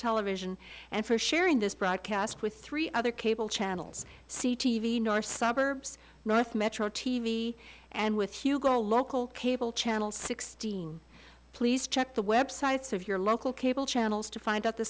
television and for sharing this broadcast with three other cable channels c t v nor suburbs north metro t v and with hugo local cable channel sixteen please check the websites of your local cable channels to find out the